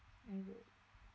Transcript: okay